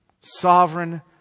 Sovereign